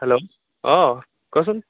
hello অঁ কচোন